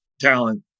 talent